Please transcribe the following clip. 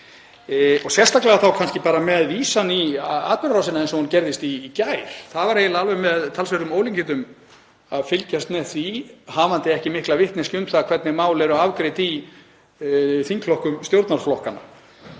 og sérstaklega með vísan í atburðarásina eins og hún var í gær. Það var eiginlega alveg með talsverðum ólíkindum að fylgjast með því, hafandi ekki mikla vitneskju um það hvernig mál eru afgreidd í þingflokkum stjórnarflokkanna.